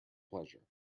pleasure